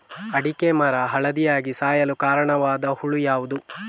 ಅಡಿಕೆ ಮರ ಹಳದಿಯಾಗಿ ಸಾಯಲು ಕಾರಣವಾದ ಹುಳು ಯಾವುದು?